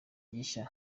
gishya